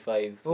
Five